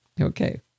Okay